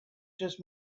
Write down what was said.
just